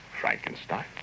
Frankenstein